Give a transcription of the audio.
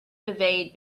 evade